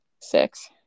Six